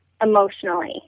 emotionally